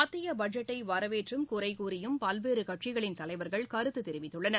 மத்திய பட்ஜெட்டை வரவேற்றும் குறை கூறியும் பல்வேறு கட்சிகளின் தலைவா்கள் கருத்து தெரிவித்துள்ளனர்